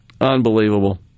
Unbelievable